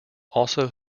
also